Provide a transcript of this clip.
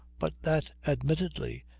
but that, admittedly,